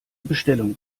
bestellung